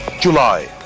July